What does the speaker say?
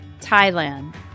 Thailand